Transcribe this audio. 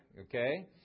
okay